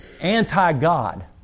anti-God